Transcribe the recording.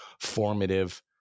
formative